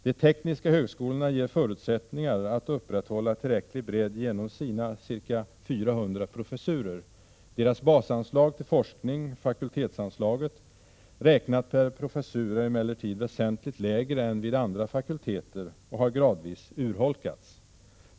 De tekniska högskolorna ger förutsättningar att upprätthålla tillräcklig bredd genom sina ca 400 professurer. Deras basanslag till forskning, fakultetsanslaget, räknat per professur är emellertid väsentligt lägre än vid andra fakulteter och har gradvis urholkats.